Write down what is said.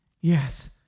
Yes